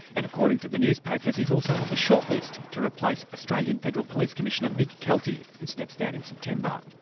and according to the newspapers, he's also on the shortlist to replace australian federal police commissioner mick keelty who steps down in september.